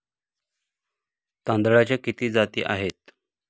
तांदळाच्या किती जाती आहेत?